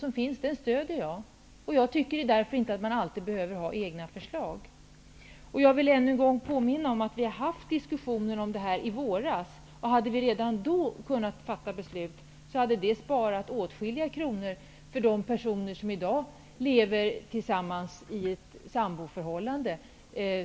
Jag vill än en gång påminna om att vi i våras hade en diskussion om detta, och om vi redan då hade fattat beslut om slopad begränsning av kretsen av bidragsberättigade, hade vi sparat åtskilliga kronor för de homosexuella personer som i dag lever tillsammans i ett samboförhållande.